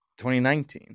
2019